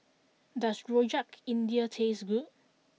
does Rojak India taste good